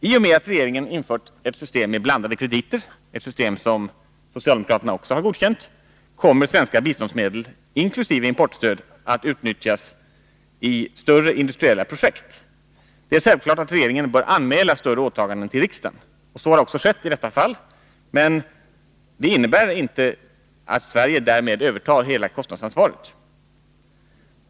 I och med att regeringen infört ett system med blandade krediter, ett system som socialdemokraterna också har godkänt, kommer svenska biståndsmedel inkl. importstöd att utnyttjas i större industriella projekt. Det är självklart att regeringen bör anmäla större åtaganden till riksdagen, och så har också skett i detta fall. Men det innebär inte att Sverige därmed övertar hela kostnadsansvaret.